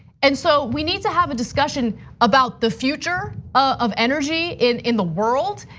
and so we need to have a discussion about the future of energy in in the world.